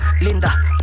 Linda